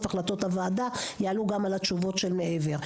החלטות הוועדה יעלו גם על התשובות של מעבר.